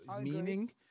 meaning